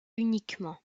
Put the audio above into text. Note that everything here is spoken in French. uniquement